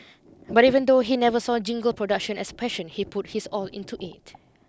but even though he never saw jingle production as passion he put his all into it